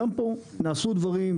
גם פה נעשו דברים,